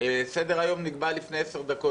בגלל שהדיון נהיה מעכשיו לעכשיו,